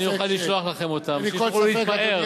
אני אוכל לשלוח לכם אותם, שתוכלו להתפאר.